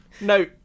no